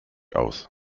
aus